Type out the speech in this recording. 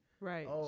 Right